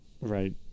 Right